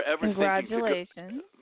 Congratulations